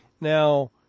Now